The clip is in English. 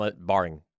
barring